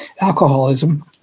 alcoholism